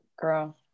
girl